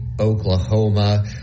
Oklahoma